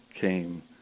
Came